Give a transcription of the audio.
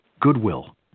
Goodwill